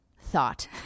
thought